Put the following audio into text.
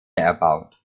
erbaut